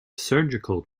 surgical